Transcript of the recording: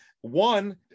one